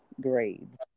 grades